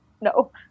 No